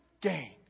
gain